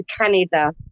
Canada